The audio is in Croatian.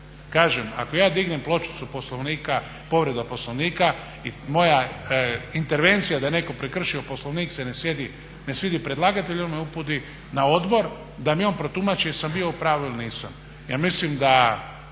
Kažem, ako ja dignem pločicu povreda Poslovnika moja intervencija da je netko prekršio Poslovnik se ne svidi predlagatelju on me uputi na odbor da mi on protumači jesam bio u pravu ili nisam. Ja mislim da